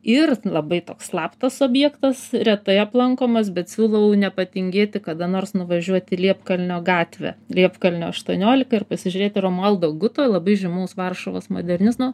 ir labai toks slaptas objektas retai aplankomas bet siūlau nepatingėti kada nors nuvažiuot į liepkalnio gatvę liepkalnio aštuoniolika ir pasižiūrėti romualdo guto labai žymaus varšuvos modernizno